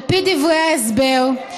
על פי דברי ההסבר,